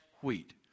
wheat